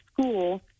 school